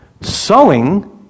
Sowing